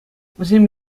вӗсем